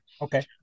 okay